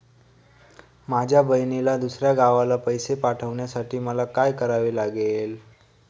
माझ्या बहिणीला दुसऱ्या गावाला पैसे पाठवण्यासाठी मला काय करावे लागेल?